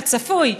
כצפוי,